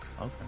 Okay